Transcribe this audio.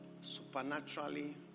supernaturally